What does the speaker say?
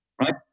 right